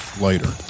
later